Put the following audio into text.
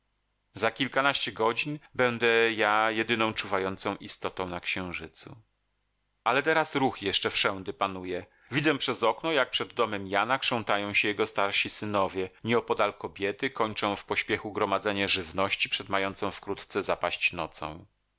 za kilkanaście godzin będę ja jedyną czuwającą istotą na księżycu ale teraz ruch jeszcze wszędy panuje widzę przez okno jak przed domem jana krzątają się jego starsi synowie nieopodal kobiety kończą w pośpiechu gromadzenie żywności przed mającą wkrótce zapaść nocą